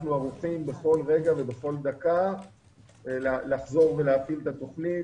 אנחנו ערוכים בכל רגע ובכל דקה לחזור ולהפעיל את התוכנית,